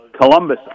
Columbus